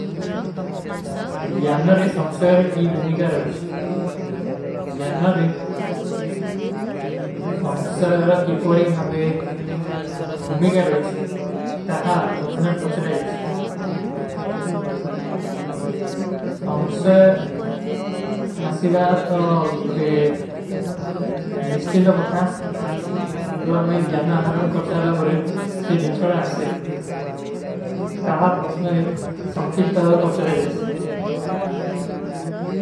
ଜ୍ଯାନନରେ ସଂଖ୍ଷଯର କୀ ଭୁମିକାର ହୋଈଚ୍ଛ। ସଂଖ୍ଷଯର ହାସୀବା ତୋ ଗୁଡେ ନିଷ୍ଚିନତ କଥା। ଇଂତୁ ଆମେ ଜ୍ଯାନନ ଆହରଣ କରଚାରଲା ପରେ, ସେ ଜିନଶଡା ହାସେ। ତହାଂ ପ୍ରସ୍ଣରୀ ସଂଖିପତ ଆଵେ ପଚଲେ ଜୈସୀ।